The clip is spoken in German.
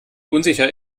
unsicher